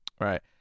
Right